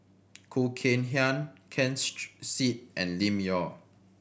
Khoo Kay Hian Ken Seet and Lim Yau